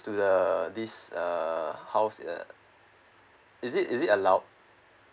to the this uh house uh is it is it allowed